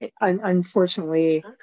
unfortunately